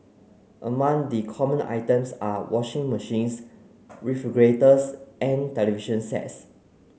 among the common items are washing machines refrigerators and television sets